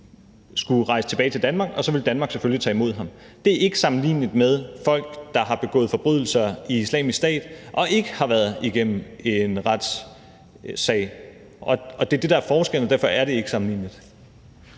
skulle rejse tilbage til Danmark, og så ville Danmark selvfølgelig tage imod ham. Det er ikke sammenligneligt med folk, der har begået forbrydelser i Islamisk Stat og ikke har været igennem en retssag. Det er det, der er forskellen, og derfor er det ikke sammenligneligt.